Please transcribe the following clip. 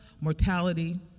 mortality